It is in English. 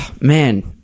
man